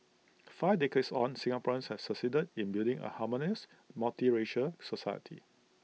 five decades on Singaporeans have succeeded in building A harmonious multiracial society